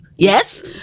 Yes